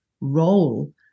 role